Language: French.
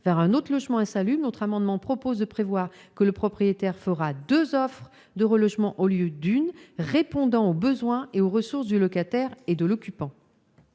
vers un autre logement insalubre, notre amendement prévoit que le propriétaire fera deux offres de relogement, au lieu d'une actuellement, répondant aux besoins et aux ressources du locataire ou de l'occupant.